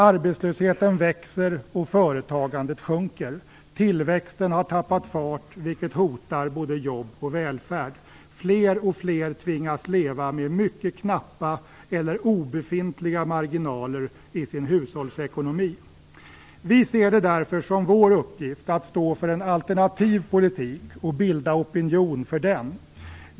Arbetslösheten växer och företagandet sjunker. Tillväxten har tappat fart, vilket hotar både jobb och välfärd. Fler och fler tvingas leva med mycket knappa eller obefintliga marginaler i sin hushållsekonomi. Vi ser det därför som vår uppgift att stå för en alternativ politik och bilda opinion för den.